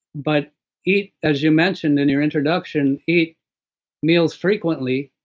but eat, as you mentioned in your introduction, eat meals frequently.